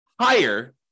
higher